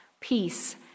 peace